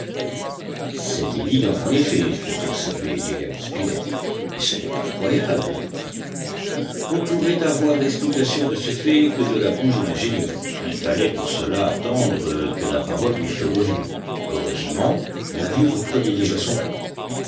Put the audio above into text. c'est évident en effet fit observer gédéon spilett mais ce n'est pas croyable on ne pourrait avoir l'explication de ce fait que de la bouche de l'ingénieur il fallait pour cela attendre que la parole lui fût revenue heureusement la vie reprenait déjà son cours